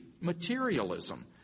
materialism